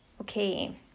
Okay